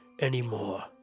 anymore